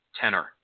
tenor